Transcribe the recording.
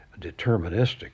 deterministic